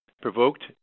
Provoked